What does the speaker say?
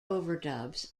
overdubs